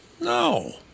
No